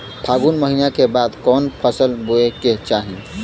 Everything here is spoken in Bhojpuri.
फागुन महीना के बाद कवन फसल बोए के चाही?